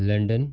London